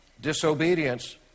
disobedience